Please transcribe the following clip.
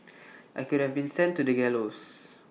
I could have been sent to the gallows